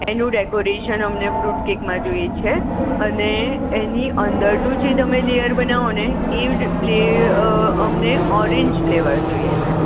એનું ડેકોરેશન અમને ફ્રૂટ કેકમાં જોઈએ છે અને એની અંદરનું જે તમે લેયર બનાવો ને એ અમને ઓરેંજ ફ્લેવર જોઈએ છે